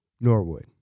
Norwood